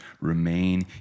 remain